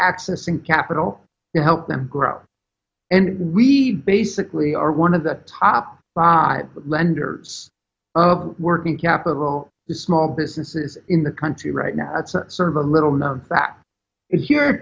accessing capital to help them grow and we basically are one of the top five lenders working capital to small businesses in the country right now that's sort of a little known fact is here